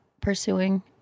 pursuing